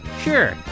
Sure